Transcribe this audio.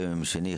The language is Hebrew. היום יום שני,